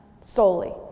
solely